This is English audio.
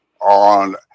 on